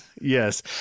Yes